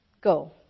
Go